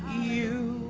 you